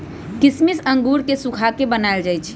किशमिश अंगूर के सुखा कऽ बनाएल जाइ छइ